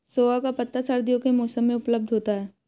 सोआ का पत्ता सर्दियों के मौसम में उपलब्ध होता है